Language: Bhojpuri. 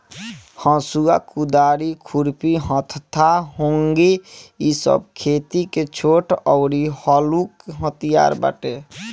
हसुआ, कुदारी, खुरपी, हत्था, हेंगी इ सब खेती के छोट अउरी हलुक हथियार बाटे